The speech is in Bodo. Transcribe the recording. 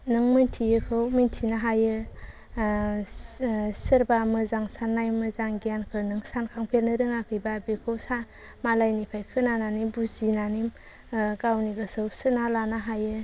नों मिन्थियैखौ मिन्थिनो हायो सोरबा मोजां सान्नाय मोजां गियानखौ नों सानखांफेरनो रोङाखैबा बेखौ सा मालायनिफाय खोनानानै बुजिनानै गावनि गोसोआव सोना लानो हायो